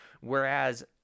whereas